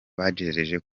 bagerageje